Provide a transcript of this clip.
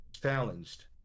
challenged